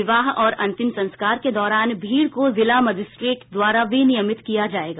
विवाह और अंतिम संस्कार के दौरान भीड़ को जिला मजिस्ट्रेट द्वारा विनियमित किया जाएगा